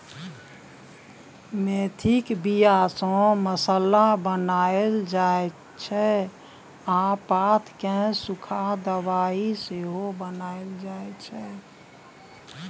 मेथीक बीया सँ मसल्ला बनाएल जाइ छै आ पात केँ सुखा दबाइ सेहो बनाएल जाइ छै